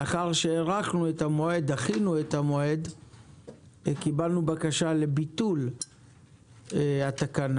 לאחר שדחינו את המועד קיבלנו בקשה לביטול התקנה,